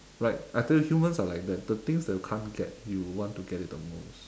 right I tell you humans are like that the things that you can't get you want to get it the most